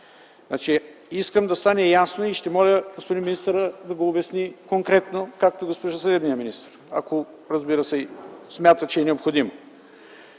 Искам да стане ясно и ще моля господин министъра да го обясни конкретно, както и госпожа правосъдния министър, ако, разбира се, смята, че е необходимо: